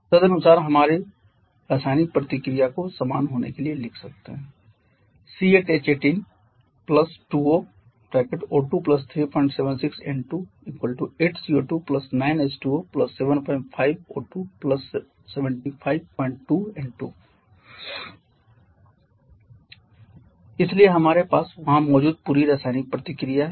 तदनुसार हम रासायनिक प्रतिक्रिया को समान होने के लिए लिख सकते हैं C8H18 2O O2 376 N2 🡪 CO2 H2O 75 O2 752 N2 इसलिए हमारे पास वहां मौजूद पूरी रासायनिक प्रतिक्रिया है